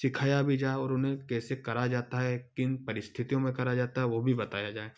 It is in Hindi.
सिखाया भी जाए और उन्हें कैसे करा जाता है किन परिस्थितियों में करा जाता है वो भी बताया जाए